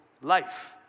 life